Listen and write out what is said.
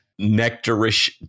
nectarish